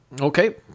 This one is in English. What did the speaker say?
Okay